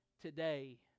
Today